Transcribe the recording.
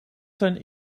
zijn